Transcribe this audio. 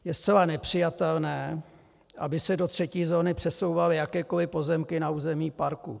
Je zcela nepřijatelné, aby se do třetí zóny přesouvaly jakékoliv pozemky na území parku.